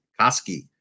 Koski